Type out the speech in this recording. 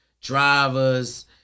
drivers